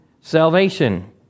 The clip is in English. salvation